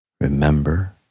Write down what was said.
remember